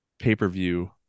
pay-per-view